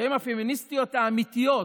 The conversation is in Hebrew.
שהן הפמיניסטיות האמיתיות,